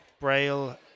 Braille